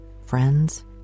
friends